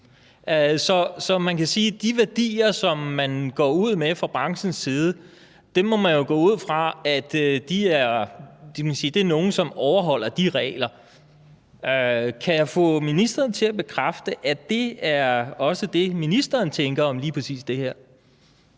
de værdier, som man går ud med fra branchens side, må man jo gå ud fra er nogle, som overholder de regler. Kan jeg få ministeren til at bekræfte, at det også er det, ministeren tænker om lige præcis det her?